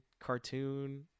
cartoon